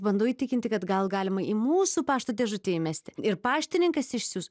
bandau įtikinti kad gal galima į mūsų pašto dėžutę įmesti ir paštininkas išsiųs